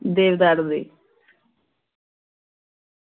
देवदार दे